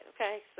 Okay